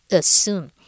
assume